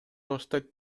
баштайт